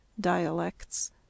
Dialects